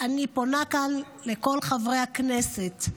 אני פונה כאן לכל חברי הכנסת: